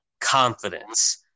confidence